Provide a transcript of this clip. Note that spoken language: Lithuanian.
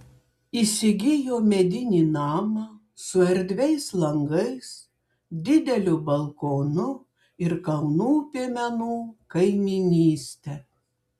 įsigijo medinį namą su erdviais langais dideliu balkonu ir kalnų piemenų kaimynyste